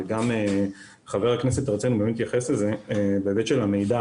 וגם חבר הכנסת הרצנו התייחס לזה בהיבט של המידע,